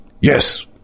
Yes